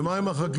ומה עם החקלאות?